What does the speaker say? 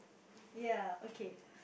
ya okay